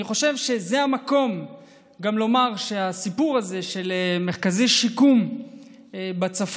אני חושב שזה המקום גם לומר שהסיפור הזה של מרכזי שיקום בצפון,